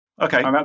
Okay